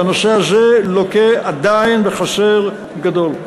והנושא הזה לוקה עדיין בחסר גדול.